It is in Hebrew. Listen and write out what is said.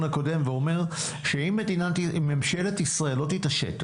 הקודם ואומר שאם ממשלת ישראל לא תתעשת,